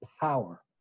power